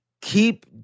keep